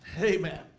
Amen